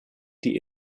die